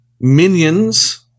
Minions